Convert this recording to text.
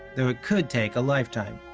though it could take a lifetime.